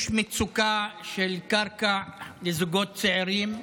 יש מצוקה של קרקע לזוגות צעירים,